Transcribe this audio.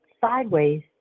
sideways